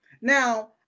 Now